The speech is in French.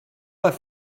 pas